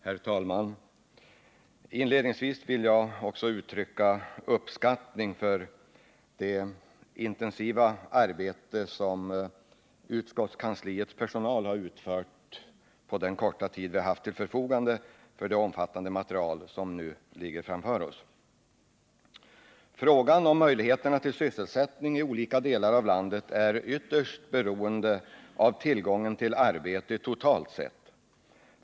Herr talman! Inledningsvis vill också jag uttrycka uppskattning för det goda arbete som utskottskansliets personal har utfört på den korta tid vi har haft till förfogande för det omfattande material som nu ligger framför oss. Frågan om möjligheterna till sysselsättning i olika delar av landet är ytterst beroende av tillgången på arbete totalt sett.